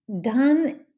done